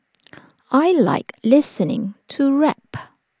I Like listening to rap